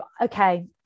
okay